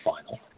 final